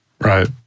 Right